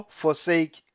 forsake